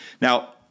Now